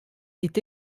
est